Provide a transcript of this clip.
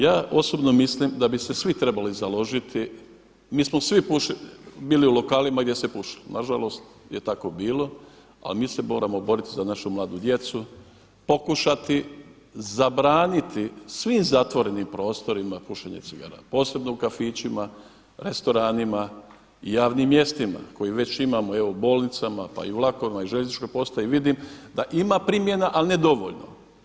Ja osobno mislim da bi se svi trebali založiti, mi smo svi bili u lokalima gdje se pušilo, nažalost je tako bilo ali mi se moramo boriti za našu mladu djecu, pokušati zabraniti svim zatvorenim prostorima pušenje cigara, posebno u kafićima, restoranima, javnim mjestima koje već imamo evo bolnicama, pa i u vlakovima, željezničkoj postaji vidim da ima primjena ali ne dovoljno.